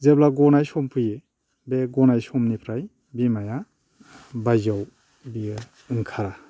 जेब्ला गनाय सम फैयो बे गनाय समनिफ्राय बिमाया बायजोआव बियो ओंखारा